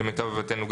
למיטב הבנתנו,